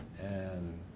and